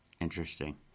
interesting